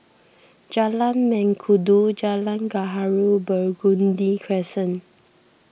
Jalan Mengkudu Jalan Gaharu and Burgundy Crescent